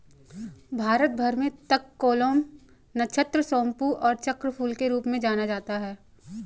भारत भर में तककोलम, नक्षत्र सोमपू और चक्रफूल के रूप में जाना जाता है